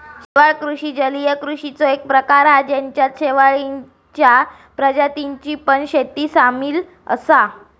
शेवाळ कृषि जलीय कृषिचो एक प्रकार हा जेच्यात शेवाळींच्या प्रजातींची पण शेती सामील असा